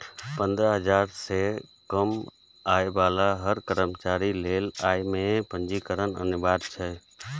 पंद्रह हजार सं कम आय बला हर कर्मचारी लेल अय मे पंजीकरण अनिवार्य छै